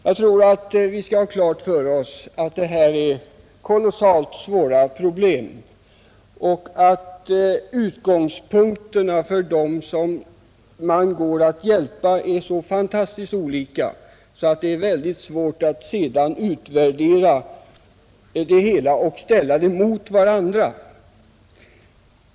Vi bör göra klart för oss att detta är kolossalt svåra problem och att utgångspunkterna för dem som vi försöker hjälpa är så fantastiskt olika, att det blir svårt att utvärdera det hela och ställa det ena mot det andra.